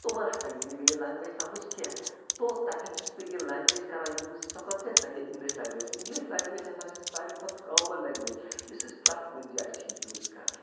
تمَن ہَسا ییہِ نہٕ میٲنۍ لینگویٚج سَمٕجھ کیٚنٛہہ تو تَتٮ۪تھ چھُس بہٕ یہِ لینگویٚج کَران یوٗز سۄ کۄس گٔے سۄ گٔے اِنگلِش لینگویٚج اِنگلِش لینگویٚج ہسا چھِ ساروی کھۄتہٕ کامَن لینگویٚج یُس أسۍ پرٮ۪تھ کُنہِ جایہِ چھِ یوٗز کَران